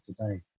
today